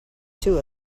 two